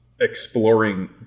exploring